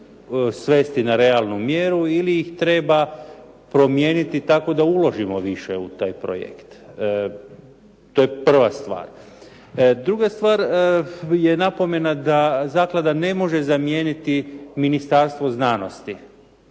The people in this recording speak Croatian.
svesti na realnu mjeru ili ih treba promijeniti tako da uložimo više u taj projekt. To je prva stvar. Druga stvar je napomena da zaklada ne može zamijeniti Ministarstvo znanosti.